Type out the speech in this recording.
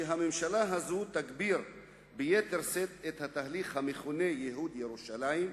שהממשלה הזאת תגביר ביתר שאת את התהליך המכונה "ייהוד ירושלים",